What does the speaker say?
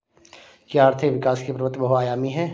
क्या आर्थिक विकास की प्रवृति बहुआयामी है?